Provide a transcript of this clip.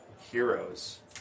heroes